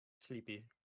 SLEEPY